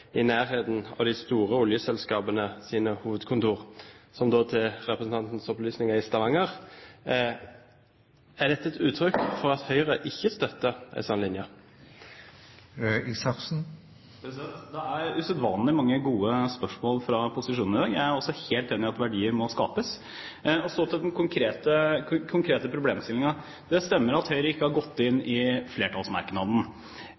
i nærheten av de store oljeselskapenes hovedkontor, som, til representantens opplysning, er i Stavanger. Er dette et uttrykk for at Høyre ikke støtter en slik linje? Det er usedvanlig mange gode spørsmål fra posisjonen i dag. Jeg er helt enig i at verdier må skapes. Så til den konkrete problemstillingen. Det stemmer at Høyre ikke har gått